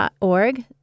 org